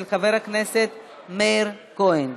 של חבר הכנסת מאיר כהן.